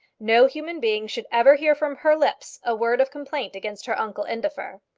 no human being should ever hear from her lips a word of complaint against her uncle indefer.